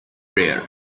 prayer